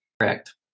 Correct